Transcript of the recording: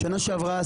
שנה שעברה,